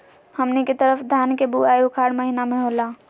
हमनी के तरफ धान के बुवाई उखाड़ महीना में होला